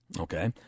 Okay